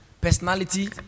Personality